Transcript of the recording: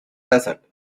desert